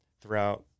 throughout